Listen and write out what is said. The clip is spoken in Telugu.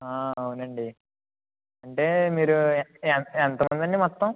అవునండి అంటే మీరు ఏ ఎంతమందండి మొత్తం